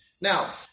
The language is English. Now